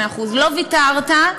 לא ויתרת, לא ויתרת,